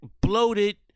bloated